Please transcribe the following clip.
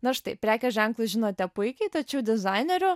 na štai prekės ženklus žinote puikiai tačiau dizainerių